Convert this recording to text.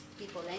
people